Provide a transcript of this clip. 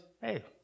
hey